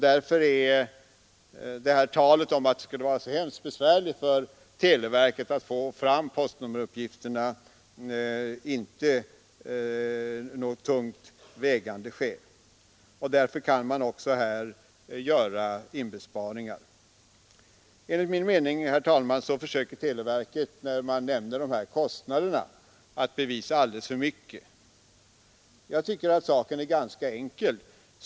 Därför är talet om att det skulle vara så besvärligt för televerket att få fram postnummeruppgifterna inte något tungt vägande skäl, och därför kan man även här göra inbesparingar. Enligt min mening, herr talman, försöker televerket genom att nämna de här kostnaderna att bevisa alldeles för mycket. Jag tycker att saken är ganska enkel.